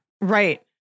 Right